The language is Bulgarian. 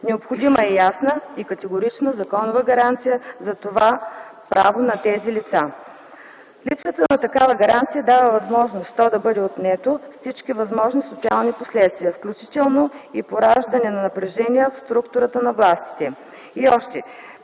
Необходима е ясна и категорична законова гаранция за това право на тези лица. Липсата на такава гаранция дава възможност то да бъде отнето с всичките възможни социални последствия, включително и пораждане на напрежения в структурата на властите. И още,